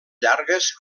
llargues